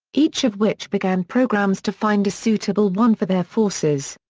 each of which began programs to find a suitable one for their forces.